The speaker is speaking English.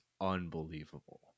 unbelievable